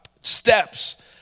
steps